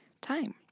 time